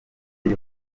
uyu